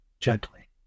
gently